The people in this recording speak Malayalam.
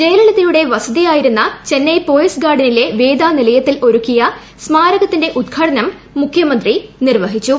ജയല്ളിതയുടെ വസതിയായിരുന്ന ചൈന്നൈ പോയസ് ഗാർഡ്നിലെ വേദ നിലയത്തിൽ ഒരുക്കിയ സ്മാരകത്തിന്റെ ഉദ്ഘാട്ടത്ത് മുഖ്യമന്ത്രി നിർവ്വഹിച്ചു